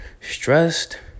stressed